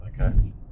okay